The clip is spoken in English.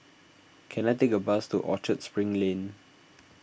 can I take a bus to Orchard Spring Lane